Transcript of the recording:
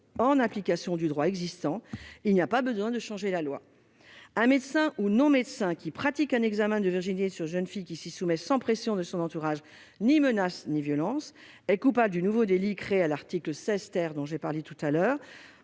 en application du droit existant- il n'y a pas besoin de changer la loi. Un médecin ou non-médecin qui pratique un examen de virginité sur une jeune fille qui s'y soumet sans pression de son entourage ni menace ni violence est coupable du nouveau délit créé à l'article 16 , que j'ai déjà évoqué,